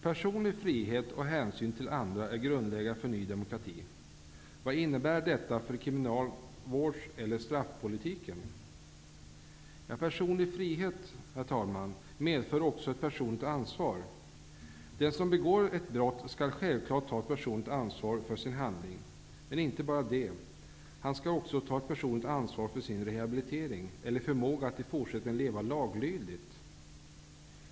Personlig frihet och hänsyn till andra är grundläggande för Ny demokrati. Vad innebär detta för kriminalvårds eller straffpolitiken? Personlig frihet, herr talman, medför också personligt ansvar. Den som begår ett brott skall självklart ta personligt ansvar för sin handling men inte bara det. Han skall också ta personligt ansvar för sin rehabilitering eller förmåga att i fortsättningen leva laglydigt.